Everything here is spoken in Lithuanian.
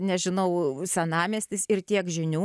nežinau senamiestis ir tiek žinių